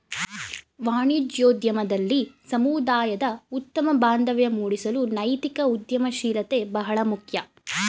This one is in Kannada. ವಾಣಿಜ್ಯೋದ್ಯಮದಲ್ಲಿ ಸಮುದಾಯದ ಉತ್ತಮ ಬಾಂಧವ್ಯ ಮೂಡಿಸಲು ನೈತಿಕ ಉದ್ಯಮಶೀಲತೆ ಬಹಳ ಮುಖ್ಯ